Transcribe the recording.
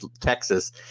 Texas